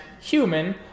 human